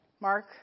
Mark